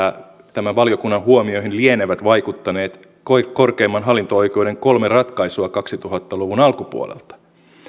tämän valiokunnan huomioihin lienevät vaikuttaneet korkeimman hallinto oikeuden kolme ratkaisua kaksituhatta luvun alkupuolelta